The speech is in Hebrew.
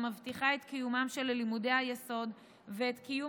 המבטיחה את קיומם של לימודי היסוד ואת קיום